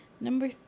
Number